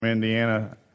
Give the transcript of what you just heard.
Indiana